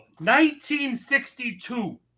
1962